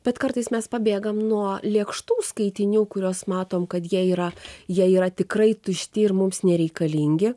bet kartais mes pabėgam nuo lėkštų skaitinių kuriuos matom kad jie yra jie yra tikrai tušti ir mums nereikalingi